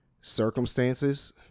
circumstances